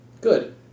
Good